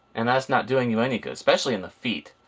and that's not doing you any good, especially in the feet.